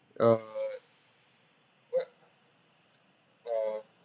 uh what for